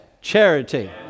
charity